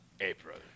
April